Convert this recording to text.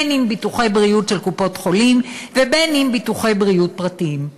בין אם ביטוחי בריאות של קופות-החולים ובין אם ביטוחי בריאות פרטיים,